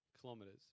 kilometers